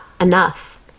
enough